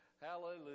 Hallelujah